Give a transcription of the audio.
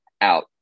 out